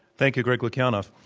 thank you, greg lukianoff.